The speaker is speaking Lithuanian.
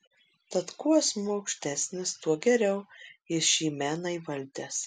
tad kuo asmuo aukštesnis tuo geriau jis šį meną įvaldęs